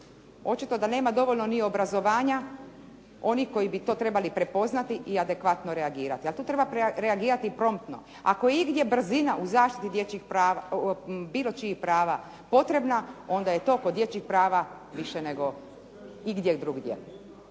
Očito da nema dovoljno ni obrazovanja onih koji bi to trebali prepoznati i adekvatno reagirati. A tu treba reagirati i promptno. Ako je igdje brzina u zaštiti bilo čijih prava potrebna, onda je to kod dječjih prava više nego igdje drugdje.